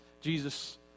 Jesus